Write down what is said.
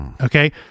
Okay